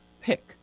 pick